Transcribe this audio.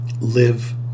Live